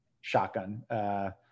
shotgun